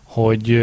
hogy